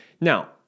Now